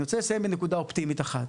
אני רוצה לסיים בנקודה אופטימית אחת.